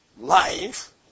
life